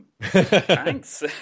Thanks